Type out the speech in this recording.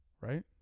right